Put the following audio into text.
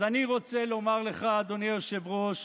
אז אני רוצה לומר לך, אדוני היושב-ראש,